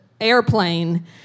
airplane